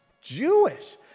Jewish